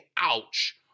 ouch